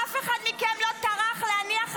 אף אחד מכם לא טרח להניח,